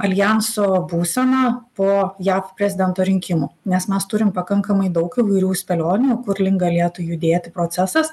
aljanso būsena po jav prezidento rinkimų nes mes turim pakankamai daug įvairių spėlionių kur link galėtų judėti procesas